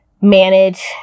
manage